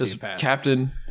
Captain